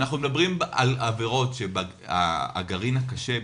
כשאנחנו מדברים על עבירות שהן הגרעין הקשה,